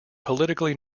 politically